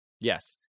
yes